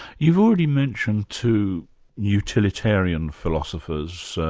you've already mentioned two utilitarian philosophers,